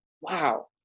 wow